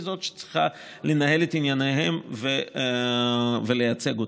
שצריכה לנהל את ענייניהם ולייצג אותם.